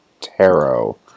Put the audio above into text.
Tarot